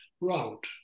route